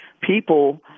people